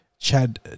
Chad